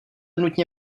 nutně